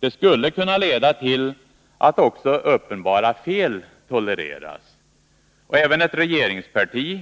Det skulle kunna leda till att också uppenbara fel tolereras. Även ett regeringsparti